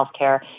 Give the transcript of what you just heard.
healthcare